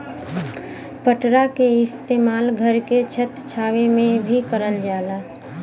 पटरा के इस्तेमाल घर के छत छावे में भी करल जाला